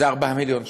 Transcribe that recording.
זה 4 מיליון שקל.